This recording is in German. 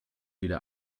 wieder